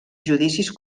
judicis